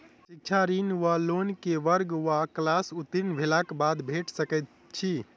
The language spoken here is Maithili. शिक्षा ऋण वा लोन केँ वर्ग वा क्लास उत्तीर्ण भेलाक बाद भेट सकैत छी?